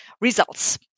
results